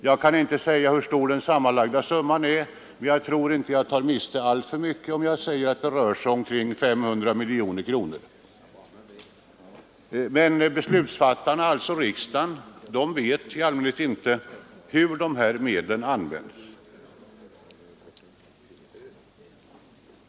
Jag kan inte säga hur stor den sammanlagda summan är. Jag tror dock att jag inte tar miste alltför mycket, om jag säger att det rör sig om 500 miljoner kronor. Beslutsfattarna, alltså riksdagen, vet i allmänhet inte hur dessa medel används.